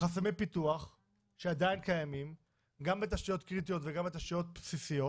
חסמי פיתוח שעדין קיימים גם בתשתיות קריטיות וגם בתשתיות בסיסיות.